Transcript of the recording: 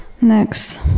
next